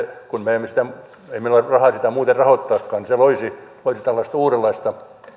kun meillä ei ole rahaa sitä muuten rahoittaakaan se loisi loisi tällaista uudenlaista